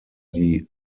die